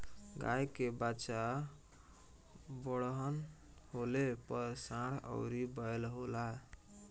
गाय के बच्चा बड़हन होले पर सांड अउरी बैल होला